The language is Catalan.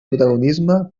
protagonisme